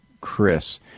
Chris